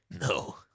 No